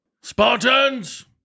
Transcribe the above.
Spartans